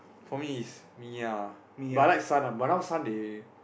for me is Miya but I like Sun ah but now Sun they